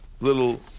little